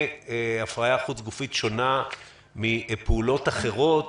הפרייה חוץ גופית שונה מפעולות אחרות